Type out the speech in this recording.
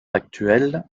actuel